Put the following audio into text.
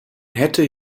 hätte